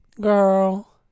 Girl